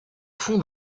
fond